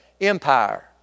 Empire